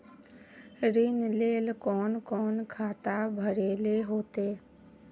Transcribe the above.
ऋण लेल कोन कोन खाता भरेले होते?